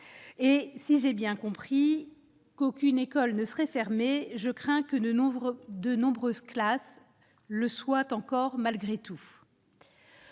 et si j'ai bien compris qu'aucune école ne serait fermé, je crains que ne nombre de nombreuses classes le soit encore malgré tout.